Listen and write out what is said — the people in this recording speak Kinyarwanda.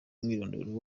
umwirondoro